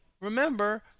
remember